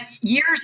years